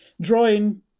drawing